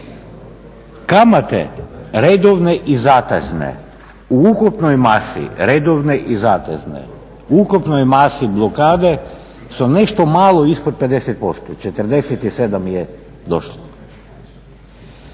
Kamate redovne i zatezne u ukupnoj masi redovne i zatezne u ukupnoj masi blokade su nešto malo ispod 50%, 47 je došlo.